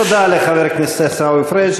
תודה לחבר הכנסת עיסאווי פריג'.